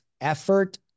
effort